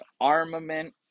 armament